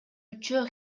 үчөө